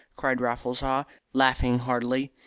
cried raffles haw laughing heartily.